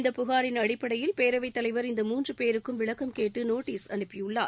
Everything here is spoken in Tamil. இந்தப் புகாரின் அடிப்படையில் பேரவைத் தலைவர் இந்த மூன்று பேருக்கும் விளக்கம் கேட்டு நோட்டீஸ் அனுப்பியுள்ளார்